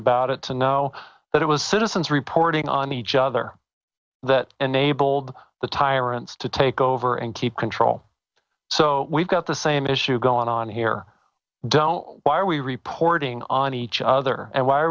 about it to know that it was citizens reporting on each other that enabled the tyrants to take over and keep control so we've got the same issue going on here why are we reporting on each other and why are